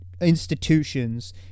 institutions